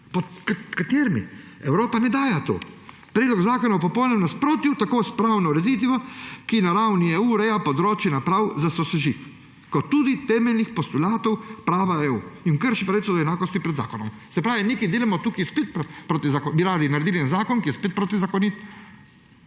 Pod katerim… Evropa ne daje tega. Predlog zakona je v popolnem nasprotju tako s pravno ureditvijo, ki na ravni EU ureja področje naprav za sosežig kot tudi temeljnih postulatov prava EU in krši pravico do enakosti pred zakonom. Se pravi, nekaj delamo tukaj spet proti, bi radi naredili en zakon, ki je spet protizakonit.